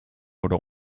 oder